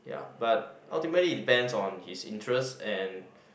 ya but ultimately it depends on his interest and